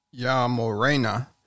Yamorena